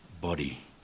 body